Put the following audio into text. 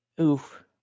Oof